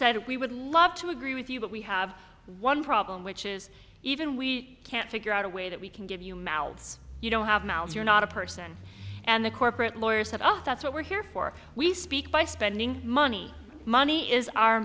said we would love to agree with you but we have one problem which is even we can't figure out a way that we can give you mouths you don't have mouths you're not a person and the corporate lawyers have other that's what we're here for we speak by spending money money is our